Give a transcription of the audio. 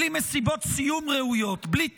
בלי מסיבות סיום ראויות, בלי טיולים,